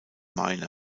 minor